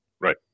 Right